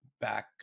back